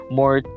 more